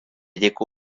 jeko